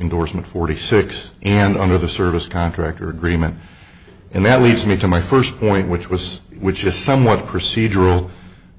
indorsement forty six and under the service contract or agreement and that leads me to my first point which was which is somewhat procedural